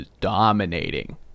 dominating